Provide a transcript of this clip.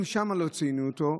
אם שם לא ציינו אותו,